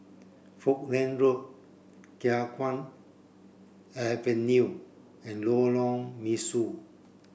Falkland Road Khiang Guan Avenue and Lorong Mesu